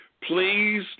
Please